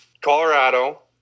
Colorado